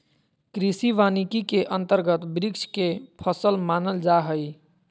कृषि वानिकी के अंतर्गत वृक्ष के फसल मानल जा हइ